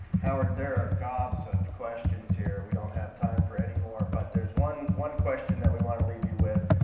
howard, there are gobs of questions here. we don't have time for anymore. but there's one one question that we wanna leave you with,